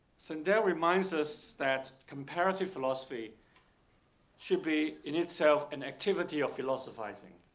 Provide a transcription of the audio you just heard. sandel reminds us that comparative philosophy should be in itself an activity of philosophizing.